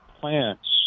plants